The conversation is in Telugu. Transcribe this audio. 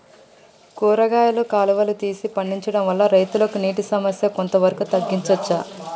కూరగాయలు కాలువలు తీసి పండించడం వల్ల రైతులకు నీటి సమస్య కొంత వరకు తగ్గించచ్చా?